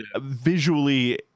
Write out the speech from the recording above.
visually